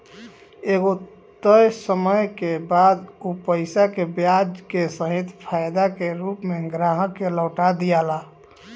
एगो तय समय के बाद उ पईसा के ब्याज के सहित फायदा के रूप में ग्राहक के लौटा दियाला